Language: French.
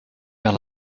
vers